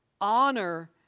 Honor